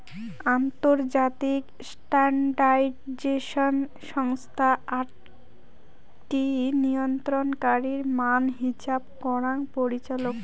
আন্তর্জাতিক স্ট্যান্ডার্ডাইজেশন সংস্থা আকটি নিয়ন্ত্রণকারী মান হিছাব করাং পরিচালক